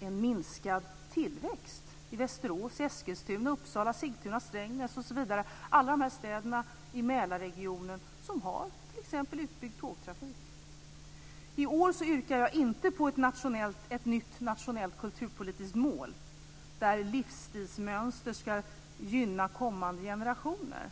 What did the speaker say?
en minskad tillväxt i Västerås, Eskilstuna, Uppsala, Sigtuna, Strängnäs osv. - alla de här städerna i Mälarregionen som har t.ex. utbyggd tågtrafik. I år yrkar jag inte på ett nytt nationellt kulturpolitiskt mål där livsstilsmönster ska gynna kommande generationer.